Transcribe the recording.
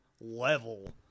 level